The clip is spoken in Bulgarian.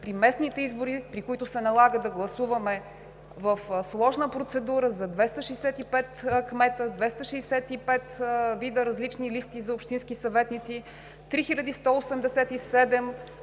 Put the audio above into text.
и местните избори, при които се налага да гласуваме в сложна процедура за 265 кмета, 265 вида различни листи за общински съветници, 3187 листи